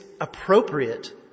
appropriate